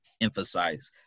emphasize